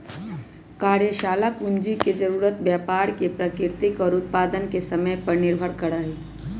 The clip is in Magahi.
कार्यशाला पूंजी के जरूरत व्यापार के प्रकृति और उत्पादन के समय पर निर्भर करा हई